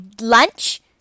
lunch